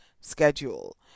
schedule